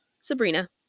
Sabrina